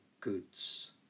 goods